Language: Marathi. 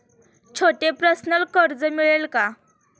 छोटे पर्सनल कर्ज मिळेल का?